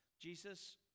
Jesus